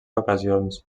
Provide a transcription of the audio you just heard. ocasions